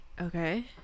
Okay